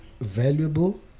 valuable